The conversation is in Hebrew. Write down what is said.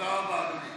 תודה רבה, אדוני.